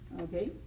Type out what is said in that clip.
okay